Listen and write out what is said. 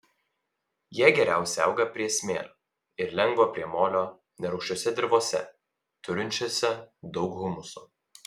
jie geriausiai auga priesmėlio ir lengvo priemolio nerūgščiose dirvose turinčiose daug humuso